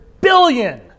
billion